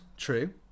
True